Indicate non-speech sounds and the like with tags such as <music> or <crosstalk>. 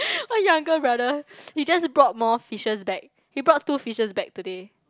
my younger brother <noise> he just brought more fishes back he brought two fishes back today